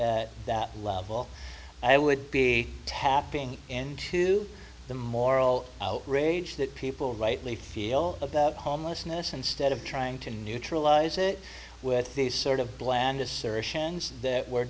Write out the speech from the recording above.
that level i would be tapping into the moral outrage that people rightly feel about homelessness instead of trying to neutralize it with these sort of blandest situations that we're